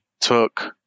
took